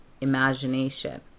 imagination